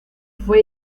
fue